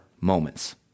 moments